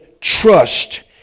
trust